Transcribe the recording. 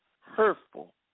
hurtful